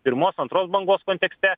pirmos antros bangos kontekste